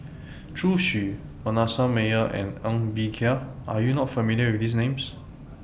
Zhu Xu Manasseh Meyer and Ng Bee Kia Are YOU not familiar with These Names